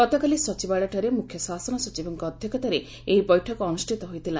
ଗତକାଲି ସଚିବାଳୟଠାରେ ମୁଖ୍ୟ ଶାସନ ସଚିବଙ୍କ ଅଧ୍ଘକ୍ଷତାରେ ଏହି ବୈଠକ ଅନୁଷିତ ହୋଇଥିଲା